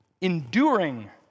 Enduring